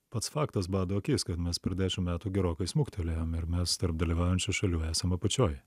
pats faktas bado akis kad mes per dešim metų gerokai smuktelėjom ir mes tarp dalyvaujančių šalių esam apačioj